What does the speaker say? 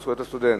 של זכויות הסטודנט.